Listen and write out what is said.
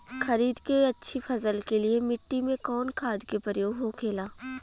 खरीद के अच्छी फसल के लिए मिट्टी में कवन खाद के प्रयोग होखेला?